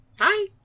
Hi